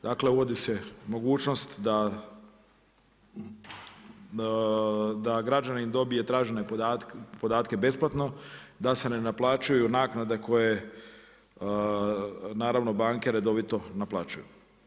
Dakle uvodi se mogućnost da građanin dobije tražene podatke besplatno, da se ne naplaćuju naknade koje banke redovito naplaćuju.